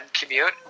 commute